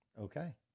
Okay